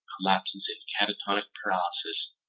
collapses in catatonic paralysis,